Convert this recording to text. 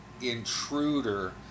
intruder